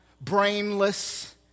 brainless